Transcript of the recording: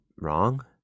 wrong